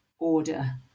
order